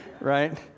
right